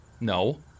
No